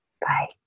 Bye